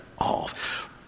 off